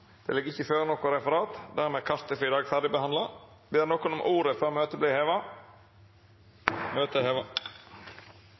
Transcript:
Det ligg ikkje føre noko referat. Dermed er kartet for i dag ferdigbehandla. Ber nokon om ordet før møtet vert heva?